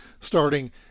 starting